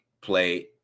play